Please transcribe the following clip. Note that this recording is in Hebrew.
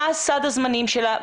מה סד הזמנים שלה,